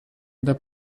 unter